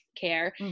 care